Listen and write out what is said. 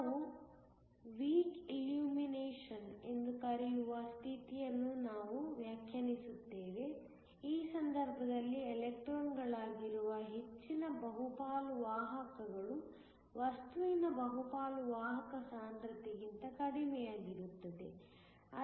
ನಾವು weak illumination ಎಂದು ಕರೆಯುವ ಸ್ಥಿತಿಯನ್ನು ನಾವು ವ್ಯಾಖ್ಯಾನಿಸುತ್ತೇವೆ ಈ ಸಂದರ್ಭದಲ್ಲಿ ಎಲೆಕ್ಟ್ರಾನ್ಗಳಾಗಿರುವ ಹೆಚ್ಚಿನ ಬಹುಪಾಲು ವಾಹಕಗಳು ವಸ್ತುವಿನ ಬಹುಪಾಲು ವಾಹಕ ಸಾಂದ್ರತೆಗಿಂತ ಕಡಿಮೆಯಿರುತ್ತದೆ